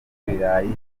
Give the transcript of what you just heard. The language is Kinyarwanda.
ibirayi